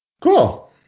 Cool